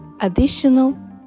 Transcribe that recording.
additional